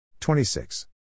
26